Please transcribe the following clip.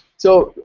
so,